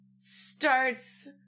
starts